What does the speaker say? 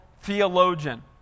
theologian